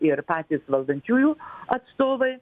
ir patys valdančiųjų atstovai